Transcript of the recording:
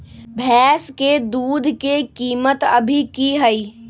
भैंस के दूध के कीमत अभी की हई?